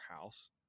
house